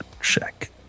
check